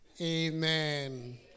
amen